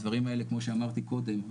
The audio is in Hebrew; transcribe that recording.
הדברים האלה כמו שאמרתי קודם,